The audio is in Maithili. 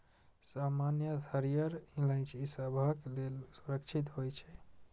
सामान्यतः हरियर इलायची सबहक लेल सुरक्षित होइ छै